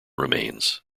remains